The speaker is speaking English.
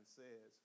says